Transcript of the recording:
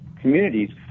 communities